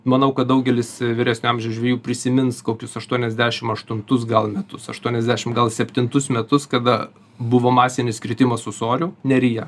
manau kad daugelis vyresnio amžiaus žvejų prisimins kokius aštuoniasdešim aštuntus gal metus aštuoniasdešim gal septintus metus kada buvo masinis kritimas ūsorių neryje